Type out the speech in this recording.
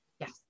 Yes